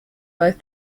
both